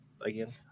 again